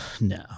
No